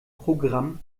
programm